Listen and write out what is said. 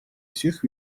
всех